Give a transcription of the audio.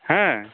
ᱦᱮᱸ